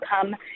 come